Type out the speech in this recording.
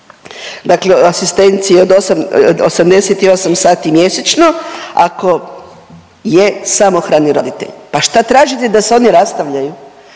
Dakle, asistencije od 88 sati mjesečno ako je samohrani roditelj. Pa šta tražite da se oni rastavljaju?